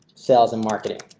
sales and marketing.